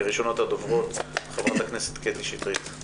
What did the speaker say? ראשונת הדוברות, חברת הכנסת קטי שטרית.